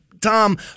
Tom